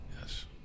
Yes